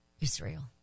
Israel